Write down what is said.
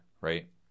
Right